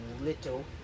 little